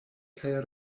kaj